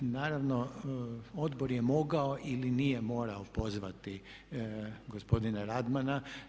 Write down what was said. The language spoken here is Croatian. Naravno odbor je mogao ili nije morao pozvati gospodina Radmana.